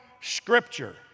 Scripture